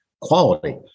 Quality